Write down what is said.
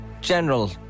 general